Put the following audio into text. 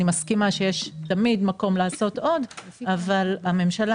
אני מסכימה שתמיד יש מקום לעשות עוד אבל הממשלה